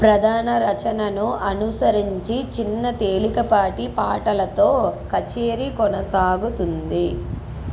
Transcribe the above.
ప్రధాన రచనను అనుసరించి చిన్న తేలికపాటి పాటలతో కచేరీ కొనసాగుతుంది